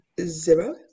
zero